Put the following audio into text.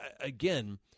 again